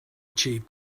achieve